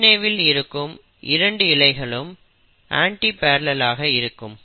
DNA வில் இருக்கும் இரண்டு இழைகளும் அண்டிபரலெல் ஆக இருக்கும்